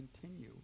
continue